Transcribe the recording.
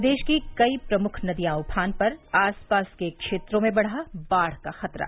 प्रदेश की कई प्रमुख नदियाँ उफान पर आसपास के क्षेत्रों में बढ़ा बाढ़ का खतरा